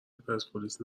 پرسپولیس